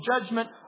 judgment